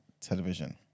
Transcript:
television